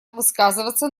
высказываться